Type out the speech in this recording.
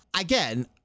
again